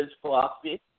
philosophy